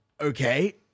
Okay